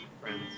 friends